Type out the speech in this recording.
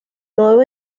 nuevo